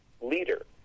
leader